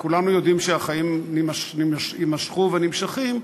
כולנו יודעים שהחיים יימשכו ונמשכים.